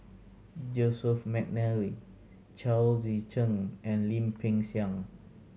Joseph McNally Chao Tzee Cheng and Lim Peng Siang